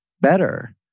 Better